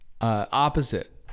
opposite